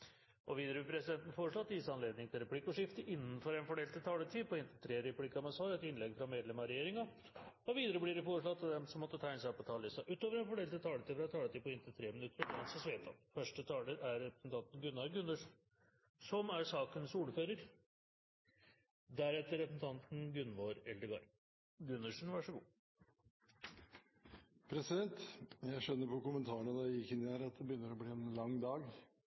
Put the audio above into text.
regjeringen. Videre vil presidenten foreslå at det gis anledning til replikkordskifte på inntil tre replikker med svar etter innlegg fra medlem av regjeringen innenfor den fordelte taletid. Videre blir det foreslått at de som måtte tegne seg på talerlisten utover den fordelte taletid, får en taletid på inntil 3 minutter. – Det anses vedtatt. Jeg skjønte på kommentarene da jeg gikk inn her at det begynner å bli en lang dag.